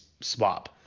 swap